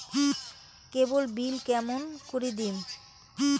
কেবল bill কেমন করি দিম?